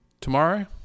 tomorrow